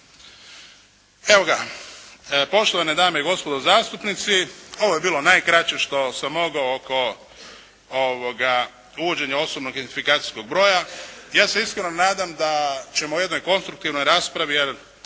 Poštovane dame i gospodo zastupnici. Ovo je bilo najkraće što sam mogao oko uvođenja osobnog identifikacijskog broja. Ja se iskreno nadam da ćemo u jednoj konstruktivnoj raspravi jer